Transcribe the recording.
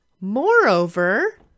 moreover